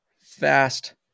fast